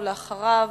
ואחריו,